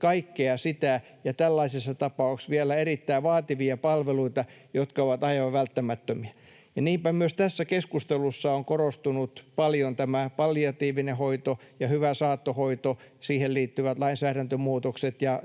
kaikkea sitä, ja tällaisessa tapauksessa vielä erittäin vaativia palveluita, joka on aivan välttämätöntä. Myös tässä keskustelussa on korostunut paljon tämä palliatiivinen hoito, hyvä saattohoito, ja siihen liittyvät lainsäädäntömuutokset ja